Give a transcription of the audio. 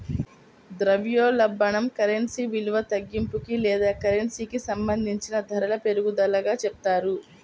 ద్రవ్యోల్బణం కరెన్సీ విలువ తగ్గింపుకి లేదా కరెన్సీకి సంబంధించిన ధరల పెరుగుదలగా చెప్తారు